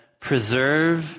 preserve